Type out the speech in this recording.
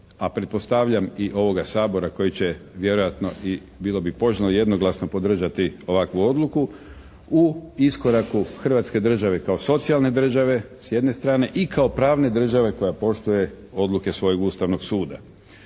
a pretpostavljam i ovoga Sabora koji će vjerojatno i bilo bi poželjno jednoglasno podržati ovakvu odluku u iskoraku Hrvatske države kao socijalne države s jedne strane. I kao pravne države koja poštuje odluke svojeg Ustavnog suda.